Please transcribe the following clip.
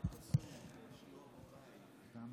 למדנו